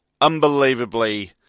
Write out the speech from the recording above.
unbelievably